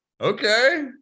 Okay